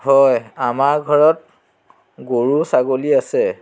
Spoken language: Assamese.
হয় আমাৰ ঘৰত গৰু ছাগলী আছে